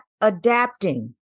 adapting